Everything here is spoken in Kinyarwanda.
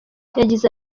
yagize